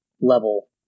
level